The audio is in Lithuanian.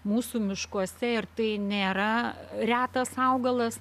mūsų miškuose ir tai nėra retas augalas